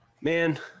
Man